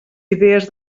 idees